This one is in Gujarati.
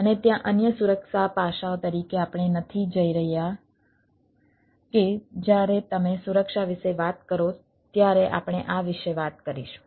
અને ત્યાં અન્ય સુરક્ષા પાસાઓ તરીકે આપણે નથી જઈ રહ્યા કે જ્યારે તમે સુરક્ષા વિશે વાત કરો ત્યારે આપણે આ વિશે વાત કરીશું